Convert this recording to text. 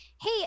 hey